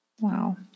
Wow